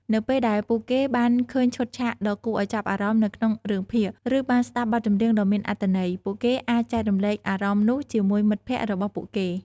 នៅពេលដែលពួកគេបានឃើញឈុតឆាកដ៏គួរឲ្យចាប់អារម្មណ៍នៅក្នុងរឿងភាគ ឬបានស្តាប់បទចម្រៀងដ៏មានអត្ថន័យ ពួកគេអាចចែករំលែកអារម្មណ៍នោះជាមួយមិត្តភក្តិរបស់ពួកគេ។